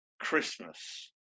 Christmas